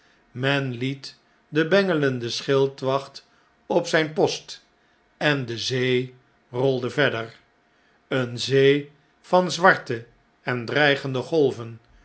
liet den bengelenden schildwacht op zn'n post en de zee rolde verder eene zee van zwarte en dreigende golven